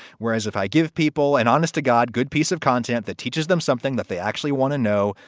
whereas if i give people an honest to god good piece of content that teaches them something that they actually want to know,